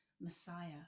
Messiah